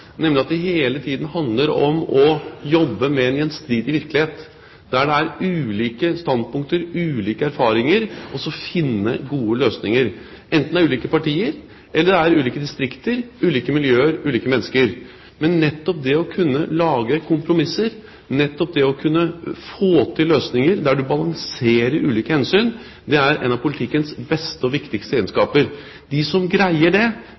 nemlig at det hele tiden handler om å jobbe med en gjenstridig virkelighet, der det er ulike standpunkter, ulike erfaringer, og å finne gode løsninger – enten det gjelder ulike partier, ulike distrikter, ulike miljøer og ulike mennesker. Men nettopp det å kunne lage kompromisser og å få til løsninger der man balanserer ulike hensyn, er en av politikkens beste og viktigste egenskaper. De som greier det,